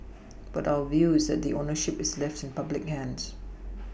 but our view is that the ownership is left in public hands